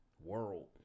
world